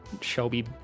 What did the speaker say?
shelby